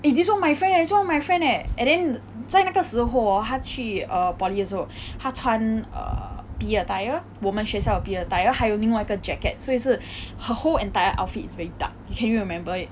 eh this [one] my friend leh this [one] my friend leh and then 在那个时候 hor 他去 err poly 的时候她穿 err P_E attire 我们学校的 P_E attire 还有另外一个 jacket 所以是 her whole entire outfit is very dark can you remember it